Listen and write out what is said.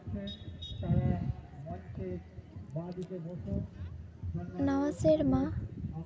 ᱱᱟᱣᱟ ᱥᱮᱨᱢᱟ